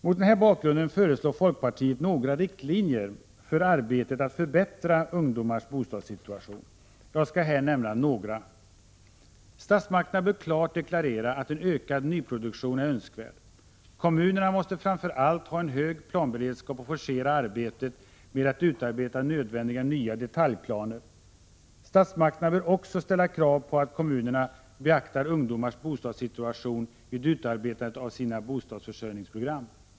Mot den här bakgrunden föreslår folkpartiet ett antal riktlinjer för arbetet med att förbättra ungdomars bostadssituation. Jag skall här nämna några sådana. Statsmakterna bör klart deklarera att en ökad nyproduktion är önskvärd. Kommunerna måste framför allt ha en hög planberedskap och forcera arbetet med att utarbeta nödvändiga nya detaljplaner. Statsmakterna bör också ställa krav på att kommunerna beaktar ungdomars bostadssituation vid utarbetandet av sina bostadsförsörjningsprogram.